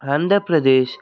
Andhra Pradesh